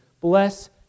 Bless